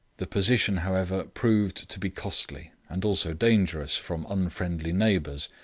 the position, however, proved to be costly, and also dangerous from unfriendly neighbours,